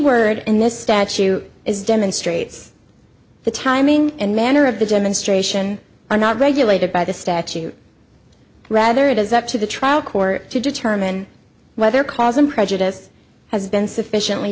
word in this statute is demonstrates the timing and manner of the demonstration are not regulated by the statute rather it is up to the trial court to determine whether cause i'm prejudiced has been sufficiently